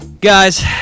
Guys